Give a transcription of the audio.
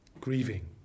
Grieving